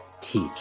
teach